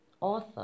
author